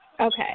Okay